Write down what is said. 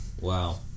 Wow